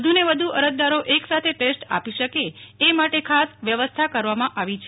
વધુને વધુ અરજદારો એકસાથે ટેસ્ટ આપી શકે એ માટે ખાસ વ્યવસ્થા કરવામાં આવી છે